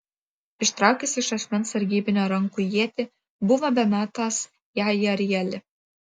ištraukęs iš asmens sargybinio rankų ietį buvo bemetąs ją į arielį